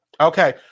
Okay